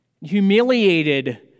humiliated